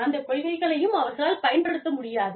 அந்த கொள்கைகளையும் அவர்களால் பயன்படுத்த முடியாது